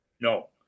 no